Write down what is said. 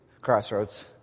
Crossroads